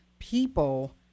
people